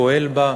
פועל בה,